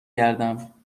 گردم